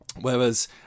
whereas